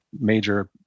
major